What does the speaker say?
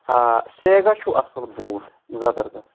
آ سیگا چھُو اَصٕل بوٗٹھ زبردس